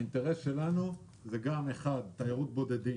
האינטרס שלנו הוא גם תיירות בודדים.